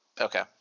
Okay